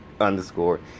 underscore